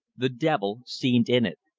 the devil seemed in it.